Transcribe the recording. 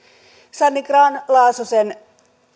sanni grahn laasosen